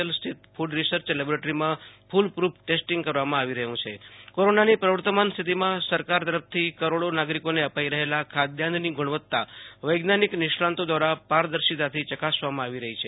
L સ્થિત food research લેબોરેટરીમાં foolproof testing કરવામાં આવી રહ્યુ છે કોરોનાની પ્રવર્તમાન સ્થિતિમાં સરકાર તરથી કરોડો નાગરિકોને અપાઈ રહેલા ખાધાન્ન ગુણવત્તા વૈજ્ઞાનિક નિષ્ણાતો દ્રારા પારદર્શિતાથી યકાસવામાં આવી રહી છે